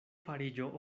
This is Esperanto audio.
fariĝo